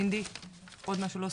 מינדי, עוד משהו להוסיף?